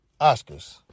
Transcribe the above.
Oscars